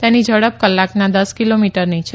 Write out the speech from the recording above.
તેની ઝડપ કલાકના દસ કિલોમીટરની છે